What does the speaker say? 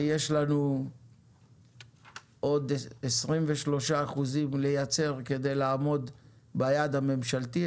ויש לנו עוד 23 אחוזים לייצר כדי לעמוד ביעד הממשלתי.